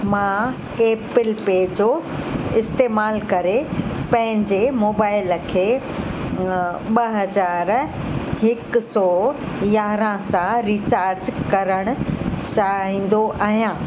मां Apple Pay जो इस्तेमालु करे पंहिंजे मोबाइल खे ॿ हज़ार हिकु सौ यारहं सां रीचार्ज करण चाहिंदो आहियां